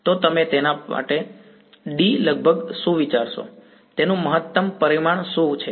તો તમે તેના માટે D લગભગ શું વિચારશો તેનું મહત્તમ પરિમાણ શું છે